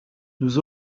nous